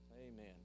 Amen